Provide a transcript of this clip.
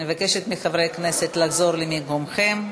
אני מבקשת מחברי הכנסת לחזור למקומם.